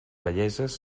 belleses